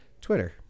Twitter